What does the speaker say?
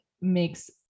makes